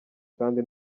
kandi